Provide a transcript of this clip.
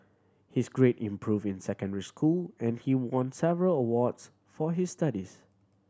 his grade improved in secondary school and he won several awards for his studies